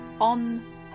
on